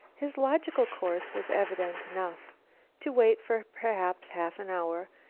his logical course was evident enough to wait for perhaps half an hour,